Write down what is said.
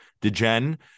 DeGen